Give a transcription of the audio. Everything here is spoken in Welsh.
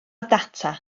ddata